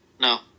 No